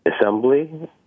assembly